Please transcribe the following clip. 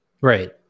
Right